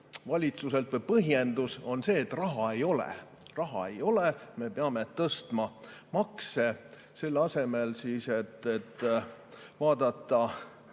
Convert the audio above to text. valitsuselt, või põhjendus, on see, et raha ei ole. Raha ei ole, me peame tõstma makse. Selle asemel et vaadata